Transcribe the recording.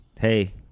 hey